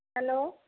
hello